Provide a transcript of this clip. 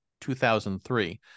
2003